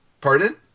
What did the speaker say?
Pardon